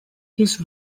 his